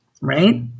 Right